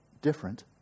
different